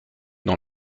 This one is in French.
dans